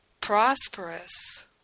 prosperous